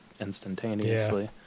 instantaneously